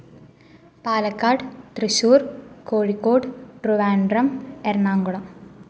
Palakkad Thrissur Kozhikode Trivandrum Ernakulam